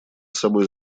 собой